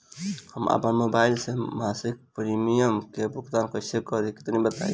हम आपन मोबाइल से मासिक प्रीमियम के भुगतान कइसे करि तनि बताई?